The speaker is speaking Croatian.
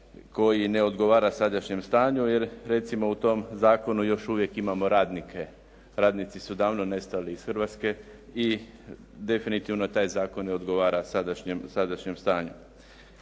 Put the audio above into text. koji ne odgovara sadašnjem stanju jer recimo u tom zakonu još uvijek imamo radnike. Radnici su davno nestali iz Hrvatske i definitivno taj zakon ne odgovara sadašnjem stanju.